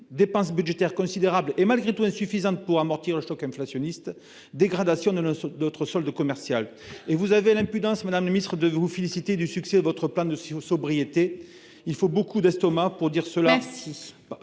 dépenses budgétaires considérables et, malgré tout, insuffisantes pour amortir le choc inflationniste ; enfin, dégradation de notre solde commercial. Et vous avez l'impudence, madame la ministre, de vous féliciter du succès de votre plan de sobriété ... Il faut beaucoup d'estomac pour l'affirmer.